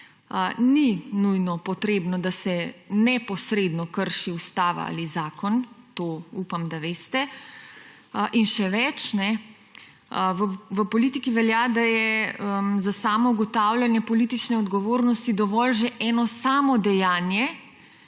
ni nujno potrebno, da se neposredno kršita ustava ali zakon. To upam, da veste. In še več, v politiki velja, da je za samo ugotavljanje politične odgovornosti dovolj že eno samo dejanje,